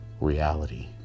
reality